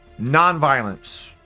nonviolence